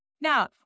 Now